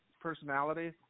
personality